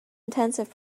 intensive